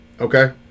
Okay